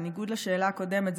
בניגוד לשאלה הקודמת,